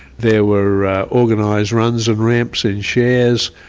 there were organised runs and ramps in shares,